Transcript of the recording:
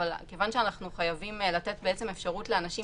אבל כיוון שאנחנו לתת אפשרות לאנשים